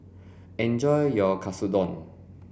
enjoy your Katsudon